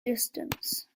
distance